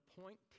point